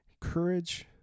courage